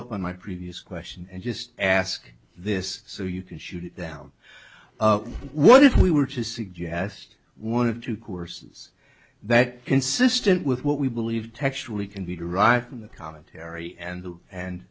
up on my previous question and just ask this so you can shoot it down what if we were to suggest one or two courses that are consistent with what we believe textually can be derived from the commentary and the and